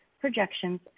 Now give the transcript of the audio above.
projections